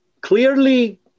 clearly